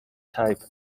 type